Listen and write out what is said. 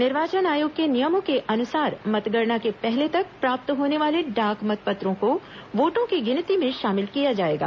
निर्वाचन आयोग के नियमों के अनुसार मतगणना के पहले तक प्राप्त होने वाले डाक मतपत्रों को वोटों की गिनती में शामिल किया जाएगा